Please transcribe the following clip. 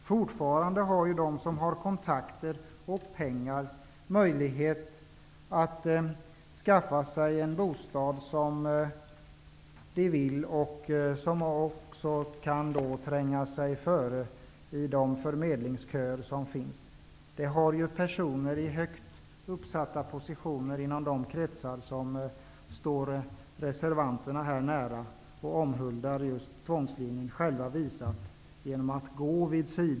Fortfarande har de som har kontakter och pengar möjlighet att skaffa sig den bostad de vill ha och tränga sig före i de förmedlingsköer som finns. Det har ju personer i högt uppsatta positioner inom de kretsar som står reservanterna nära och som omhuldar just tvångslinjen själva gjort.